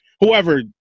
whoever